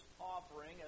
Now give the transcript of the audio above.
offering